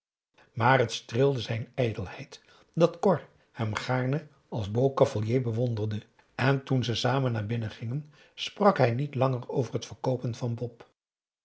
maar het streelde zijn ijdelheid dat cor hem gaarne als beau cavalier bewonderde en toen ze samen naar binnen gingen sprak hij niet langer over t verkoopen van bop